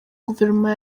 guverinoma